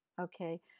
Okay